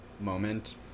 moment